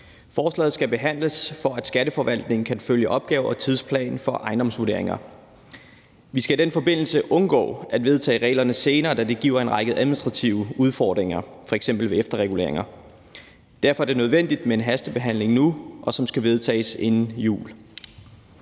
Forslaget skal behandles, for at Skatteforvaltningen kan følge opgave- og tidsplanen for ejendomsvurderinger. Vi skal i den forbindelse undgå at vedtage reglerne senere, da det giver en række administrative udfordringer, f.eks. ved efterreguleringer. Derfor er det nødvendigt med en hastebehandling nu, og som skal vedtages inden jul.